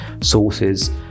sources